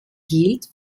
gilt